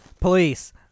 police